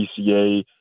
PCA